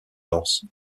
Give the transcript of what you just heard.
lance